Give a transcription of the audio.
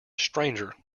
stranger